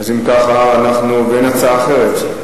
ואין הצעה אחרת.